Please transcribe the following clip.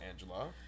Angela